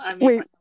Wait